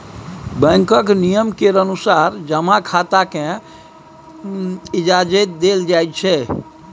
बैंकक नियम केर अनुसार जमा खाताकेँ इजाजति देल जाइत छै